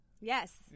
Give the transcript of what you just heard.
Yes